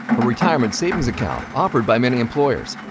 a retirement savings account offered by many employers.